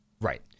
Right